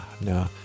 no